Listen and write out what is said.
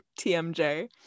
TMJ